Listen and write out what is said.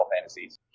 Fantasies